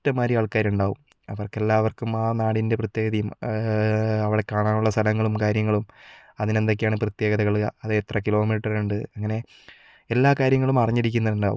ഇഷ്ടംമാതിരി ആൾക്കാർ ഉണ്ടാവും അവർക്ക് എല്ലാവർക്കും ആ നാടിന്റെ പ്രത്യേകതയും അവിടെ കാണാനുള്ള സ്ഥലങ്ങളും കാര്യങ്ങളും അതിന് എന്തൊക്കെയാണ് പ്രത്യേതകൾ അത് എത്ര കിലോമീറ്റർ ഉണ്ട് അങ്ങനെ എല്ലാ കാര്യങ്ങളും അറിഞ്ഞിരിക്കുന്നുണ്ടാവും